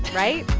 right?